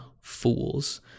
fools